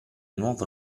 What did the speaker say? nuovo